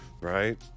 right